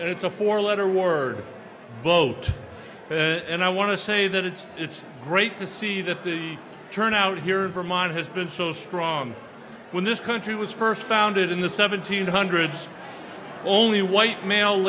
thing it's a four letter word vote and i want to say that it's it's great to see that the turnout here in vermont has been so strong when this country was first founded in the seventeen hundreds only white male